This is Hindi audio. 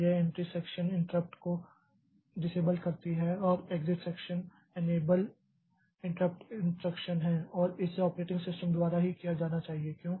यह एंट्री सेक्शन इंट्रप्ट को डिसेबल करती हैं और exit section enable interrupt instruction है और इसे ऑपरेटिंग सिस्टम द्वारा ही किया जाना चाहिए क्यों